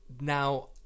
Now